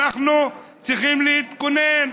אנחנו צריכים להתכונן.